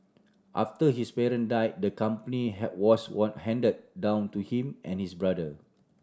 after his parent died the company was one handed down to him and his brother